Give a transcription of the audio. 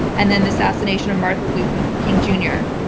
and then the assassination of martin luther king jr.